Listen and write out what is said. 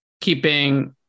keeping